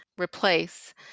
replace